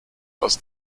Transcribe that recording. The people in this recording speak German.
aus